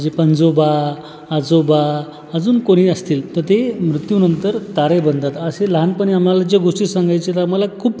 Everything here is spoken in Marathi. माझे पणजोबा आजोबा अजून कोणी असतील तर ते मृत्यूनंतर तारे बनतात असे लहानपणी आम्हाला जे गोष्टी सांगायचे ते आम्हाला खूप